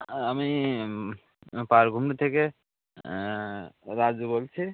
হ্যাঁ আমি পারভূমি থেকে রাজ বলছি